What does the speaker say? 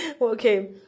Okay